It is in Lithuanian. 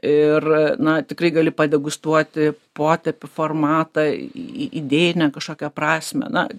ir na tikrai gali padegustuoti potėpį formatą į idėjinę kažkokią prasmę na